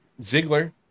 ziggler